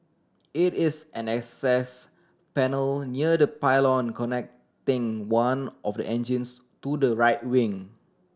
it is an access panel near the pylon connecting one of the engines to the right wing